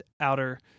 outer